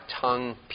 tongue